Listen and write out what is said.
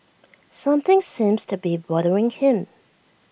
something seems to be bothering him